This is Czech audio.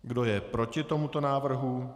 Kdo je proti tomuto návrhu?